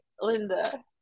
linda